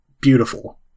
beautiful